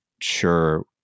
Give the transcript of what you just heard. sure